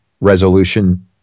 resolution